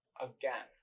again